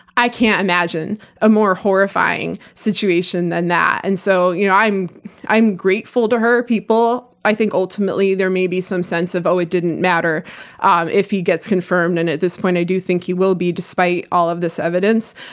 i can't imagine a more horrifying situation than that. and so, you know i'm i'm grateful to her, people. i think, ultimately, there may be some sense of, oh, it didn't matter um if he gets confirmed. and at this point, i do think he will be, despite all of this evidence,